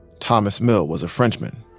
thomas mille was a frenchman.